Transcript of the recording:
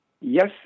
Yes